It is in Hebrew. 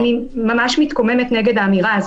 אני ממש מתקוממת נגד האמירה הזאת.